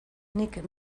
nik